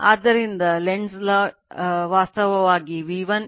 ಆದ್ದರಿಂದ Lenz law ವಾಸ್ತವವಾಗಿ V1 E1 ಆಗಿದೆ